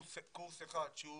קורס אחד שהוא